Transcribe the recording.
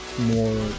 more